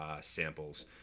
samples